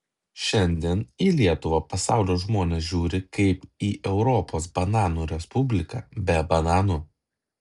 šiandien į lietuvą pasaulio žmonės žiūri kaip į europos bananų respubliką be bananų